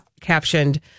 captioned